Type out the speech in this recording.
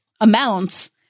amounts